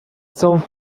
some